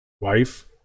wife